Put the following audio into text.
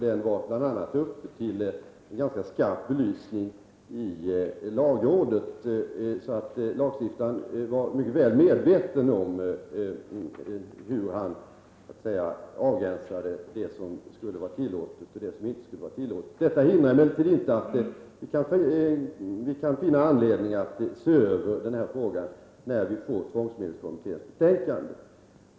Den var bl.a. uppe till ganska skarp belysning i lagrådet, så lagstiftaren var mycket väl medveten om hur han avgränsade det som skulle vara tillåtet och det som inte skulle vara tillåtet. Detta hindrar emellertid inte att vi kan finna anledning att se över den här frågan när vi får tvångsmedelskommitténs betänkande.